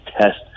test